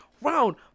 round